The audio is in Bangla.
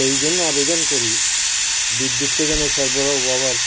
সেই জন্য আবেদন করি বিদ্যুৎটা যেন সরবরাহ হওয়ার